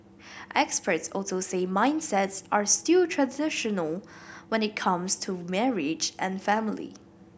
experts also say mindsets are still fairly traditional when it comes to marriage and family